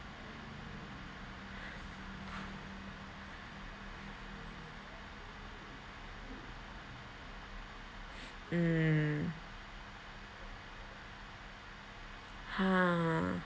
mm ha